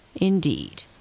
indeed